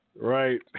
Right